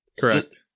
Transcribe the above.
Correct